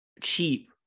cheap